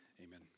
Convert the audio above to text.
Amen